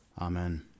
Amen